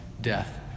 Death